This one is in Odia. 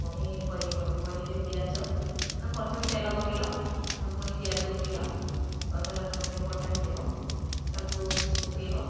ପୁଣି କରେଇରେ ପିଆଜ ନା ପ୍ରଥମେ ତେଲ ପକେଇଲ ପୁଣି ପିଆଜ ପକେଇଲ ଅଦା ରସୁଣ ବଟା ହେଇଥିବ ତାକୁ କିଛି ପକେଇବ